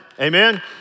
Amen